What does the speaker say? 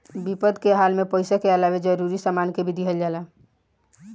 विपद के हाल में पइसा के अलावे जरूरी सामान के भी दिहल जाला